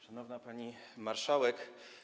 Szanowna Pani Marszałek!